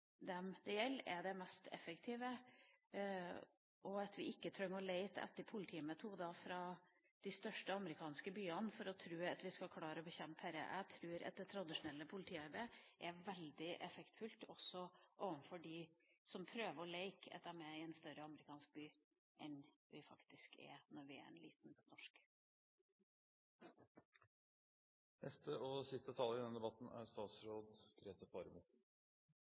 dem det gjelder, er det mest effektive. Vi trenger ikke å lete etter politimetoder fra de største amerikanske byene for å tro at vi skal klare å bekjempe dette. Jeg tror at tradisjonelt politiarbeid er veldig effektfullt, også overfor dem som prøver å leke at de er i en større amerikansk by i stedet for i en liten norsk. Jeg vil også benytte sjansen til å takke for debatten